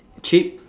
cheap